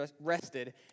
rested